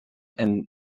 and